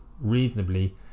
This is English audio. reasonably